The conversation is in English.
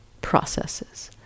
processes